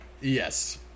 Yes